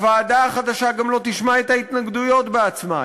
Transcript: הוועדה החדשה גם לא תשמע את ההתנגדויות בעצמה,